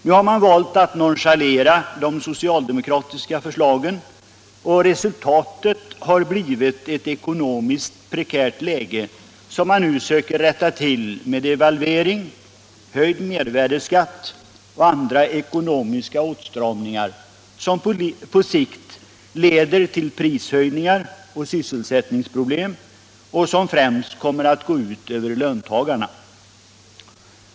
Nu har man valt att nonchalera de socialdemokratiska förslagen, och resultatet har blivit ett ekonomiskt prekärt läge som man nu söker rätta till med devalvering, höjd mervärdeskatt och andra ekonomiska åtstramningar, som på sikt leder till prishöjningar och sysselsättningsproblem och som främst kommer att gå ut över löntagarna.